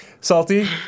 Salty